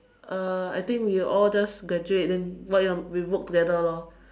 uh I think we all the just graduate then what you want work together lor